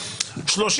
30,